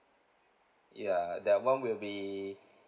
ya that [one] will be